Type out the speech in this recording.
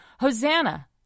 Hosanna